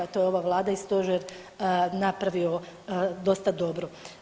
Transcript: To je ova vlada i stožer napravio dosta dobro.